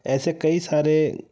ऐसे कई सारे